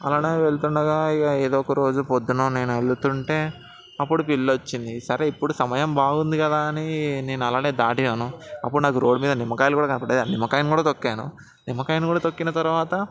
అలానే వెళ్తుండగా ఇక ఏదోఒకరోజు పొద్దున్న నేను వెళ్తుంటే అప్పుడు పిళ్లి వచ్చింది సరే ఇప్పుడు సమయం బాగుంది కదా అని నేను అలానే దాటాను అప్పుడు నాకు రోడ్ మీద నిమ్మకాయలు కూడా కనపడ్డాయి ఆ నిమ్మకాయలు కూడా తొక్కాను నిమ్మకాయలు కూడా తొక్కిన తర్వాత